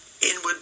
inward